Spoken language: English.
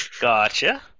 Gotcha